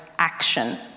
action